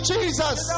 Jesus